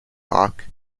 hawk